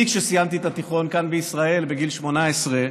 אני, כשסיימתי את התיכון כאן בישראל בגיל 18,